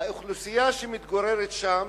האוכלוסייה שמתגוררת שם,